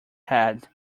head